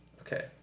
Okay